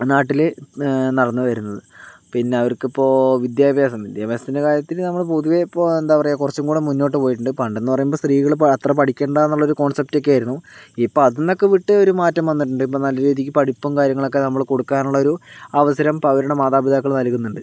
നാട്ടില് നടന്ന് വരുന്നത് പിന്നെ അവർക്ക് ഇപ്പോൾ വിദ്യാഭ്യാസം വിദ്യാഭ്യാസത്തിൻ്റെ കാര്യത്തില് നമ്മൾ പൊതുവേ ഇപ്പോൾ എന്താ പറയാ കൊറച്ചും കൂടെ മുന്നോട്ട് പോയിട്ടുണ്ട് പണ്ട് എന്ന് പറയുമ്പോൾ സ്ത്രീകള് ഇപ്പോ അത്ര പഠിക്കണ്ട എന്നുള്ള ഒരു കോൺസെപ്റ്റ് ഒക്കെ ആയിരുന്നു ഇപ്പ അതിൽനിന്നൊക്കെ വിട്ട് ഒരു മാറ്റം വന്നിട്ടുണ്ട് ഇപ്പം നല്ല രീതിക്ക് പഠിപ്പും കാര്യങ്ങളൊക്കെ നമ്മള് കൊടുക്കാനുള്ള ഒരു അവസരം ഇപ്പോൾ അവരുടെ മാതാപിതാക്കള് നൽകുന്നുണ്ട്